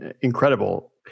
incredible